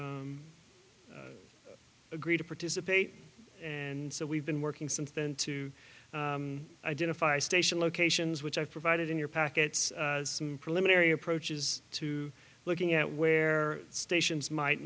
agree to participate and so we've been working since then to identify station locations which i provided in your packets some preliminary approaches to looking at where stations might